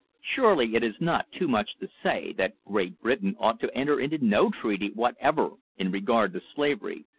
surely it is not too much to say, that great britain ought to enter into no treaty whatever in regard to slavery,